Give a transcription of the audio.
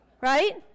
Right